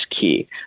key